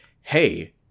hey